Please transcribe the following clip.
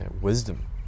wisdom